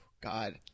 God